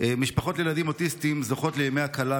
משפחות לילדים אוטיסטים זוכות לימי הקלה,